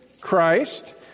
Christ